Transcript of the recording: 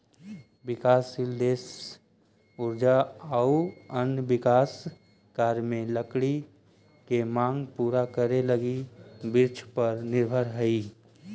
विकासशील देश ऊर्जा आउ अन्य विकास कार्य में लकड़ी के माँग पूरा करे लगी वृक्षपर निर्भर हइ